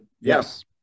yes